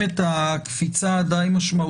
כיצד אתם מסבירים את הקפיצה הדי משמעותית